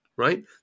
Right